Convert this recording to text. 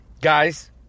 Guys